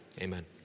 Amen